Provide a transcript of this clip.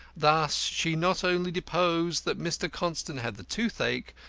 thus she not only deposed that mr. constant had the toothache,